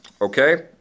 Okay